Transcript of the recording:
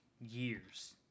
years